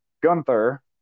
Gunther